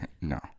no